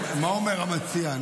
מה אומר המציע?